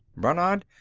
brannad,